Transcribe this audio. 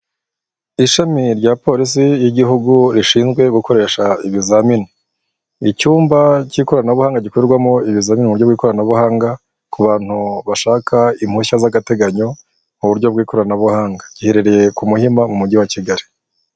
Ishami rya polisi y'igihugu rishinzwe gukoresha ibizamini, icyumba cy'ikoranabuhanga gikorerwamo ibizamini mu buryo bw'ikoranabuhanga ku bantu bashaka impushya z'agateganyo mu buryo bw'ikoranabuhanga. Giherereye ku Muhima mu mujyi wa Kigali.